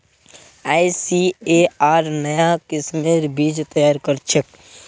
ICAR नाया किस्मेर बीज तैयार करछेक